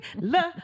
love